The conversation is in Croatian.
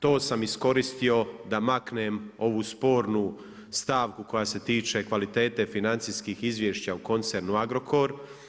To sam iskoristio da maknem ovu spornu stavku koja se tiče kvalitete financijskih izvješća u koncernu Agrokor.